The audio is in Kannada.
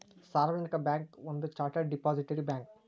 ಸಾರ್ವಜನಿಕ ಬ್ಯಾಂಕ್ ಒಂದ ಚಾರ್ಟರ್ಡ್ ಡಿಪಾಸಿಟರಿ ಬ್ಯಾಂಕ್